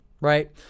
right